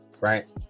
right